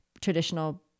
traditional